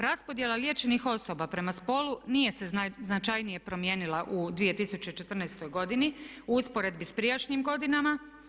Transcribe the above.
Raspodjela liječenih osoba prema spolu nije se značajnije promijenila u 2014. godini u usporedbi sa prijašnjim godinama.